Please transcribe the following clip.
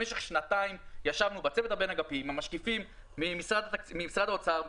במשך שנתיים ישבנו בצוות הבין-אגפי עם המשקיפים ממשרד האוצר,